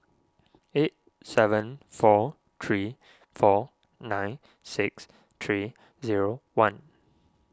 eight seven four three four nine six three zero one